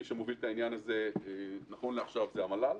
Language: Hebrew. מי שמוביל את העניין הזה נכון לעכשיו זה המל"ל.